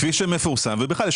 כפי שמפורסם, ובכלל,